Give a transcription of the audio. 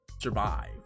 survive